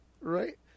Right